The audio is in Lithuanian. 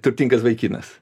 turtingas vaikinas